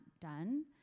done